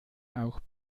auch